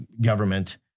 government